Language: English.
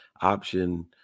option